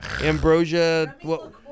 Ambrosia